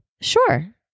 Sure